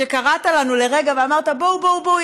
כשקראת לנו לרגע ואמרת: בואו בואו בואו,